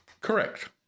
Correct